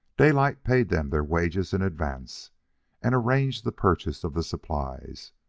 daylight paid them their wages in advance and arranged the purchase of the supplies,